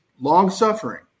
long-suffering